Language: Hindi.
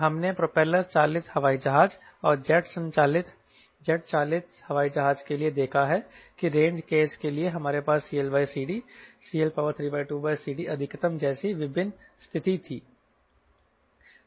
हमने प्रोपेलर चालित हवाई जहाज और जेट चालित हवाई जहाज के लिए देखा है एक रेंज केस के लिए हमारे पास CLCDCL32CDअधिकतम जैसी विभिन्न स्थिति थी